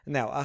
Now